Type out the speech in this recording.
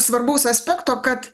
svarbaus aspekto kad